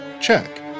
Check